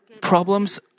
problems